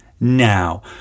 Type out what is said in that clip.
now